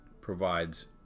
provides